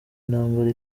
intambara